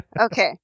Okay